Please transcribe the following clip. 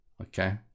Okay